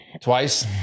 twice